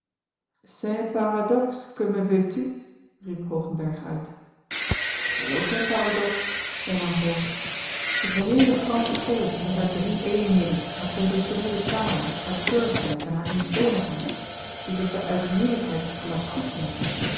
veux tu riep hoogenberg uit geheel geen paradox hernam bol de geheele fransche school met haar drie eenheden haar konventioneele taal haar keurslijf en haar eentoonigheid die zich bij uitnemendheid klassiek noemt